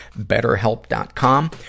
betterhelp.com